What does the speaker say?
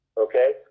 okay